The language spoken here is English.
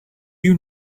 you